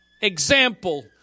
example